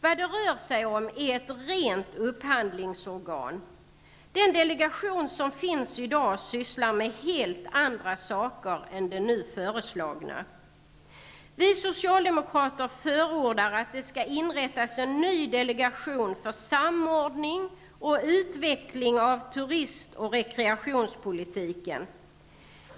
Vad det rör sig om är ett rent upphandlingsorgan. Den delegation som finns i dag sysslar med helt andra saker än den nu föreslagna. Vi socialdemokrater förordar att det skall inrättas en ny delegation för samordning och utveckling av turist och rekreationspolitiken.